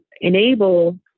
enable